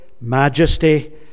majesty